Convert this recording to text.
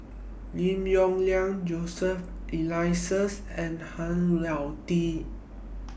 Lim Yong Liang Joseph Eliases and Han Lao Di